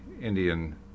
Indian